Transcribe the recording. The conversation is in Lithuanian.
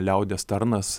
liaudies tarnas